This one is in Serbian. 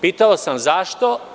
Pitao sam – zašto?